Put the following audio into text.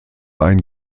ein